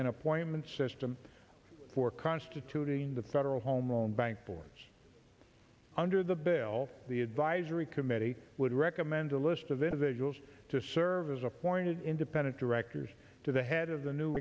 and appointment system for constituting the federal home loan bank boards under the bill the advisory committee would recommend a list of individuals to serve as appointed independent directors to the head of the new